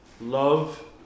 love